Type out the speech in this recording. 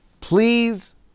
please